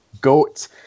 GOAT